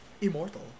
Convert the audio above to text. immortal